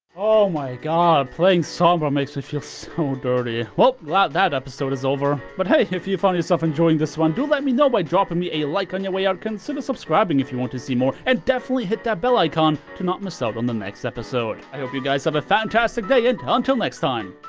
oh my god, playing sombra makes me feel so dirty. welp, glad that episode is over. but hey, if you found yourself enjoying this one, do let me know by dropping me a like on your way out, consider subscribing if you want to see more and definitely hit that bell icon to not miss out on the next episode. i hope you guys have a fantastic day and until next time.